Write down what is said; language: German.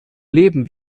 leben